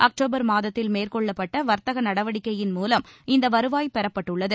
October மாதத்தில் மேற்கொள்ளப்பட்ட வர்த்தக நடவடிக்கையின் மூவம் இந்த வருவாய் பெறப்பட்டுள்ளது